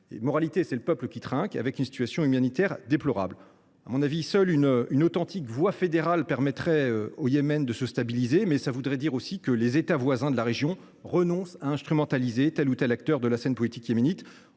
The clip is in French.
trinque, puisqu’il se trouve dans une situation humanitaire déplorable. Seule une authentique voie fédérale permettrait au Yémen de se stabiliser, mais cela supposerait aussi que les États voisins de la région renoncent à instrumentaliser tel ou tel acteur de la scène politique yéménite.